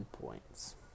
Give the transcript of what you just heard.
points